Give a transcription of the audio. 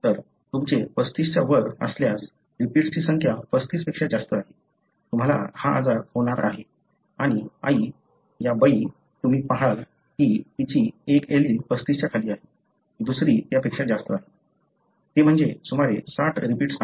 तर तुमचे 35 च्या वर असल्यास रिपीट्सची संख्या 35 पेक्षा जास्त आहे तुम्हाला हा आजार होणार आहे आणि आई या बाई तुम्ही पाहाल की तिची एक एलील 35 च्या खाली आहे दुसरी त्यापेक्षा जास्त आहे ते म्हणजे सुमारे 60 रिपीट्स आहे